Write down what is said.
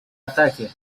ataque